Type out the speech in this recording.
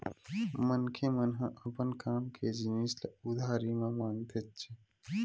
मनखे मन ह अपन काम के जिनिस ल उधारी म मांगथेच्चे